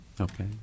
Okay